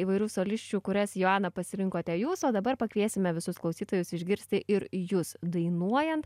įvairių solisčių kurias joana pasirinkote jūs o dabar pakviesime visus klausytojus išgirsti ir jus dainuojant